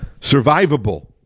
survivable